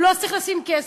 הוא לא צריך לשים כסף,